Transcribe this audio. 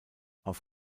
auf